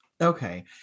Okay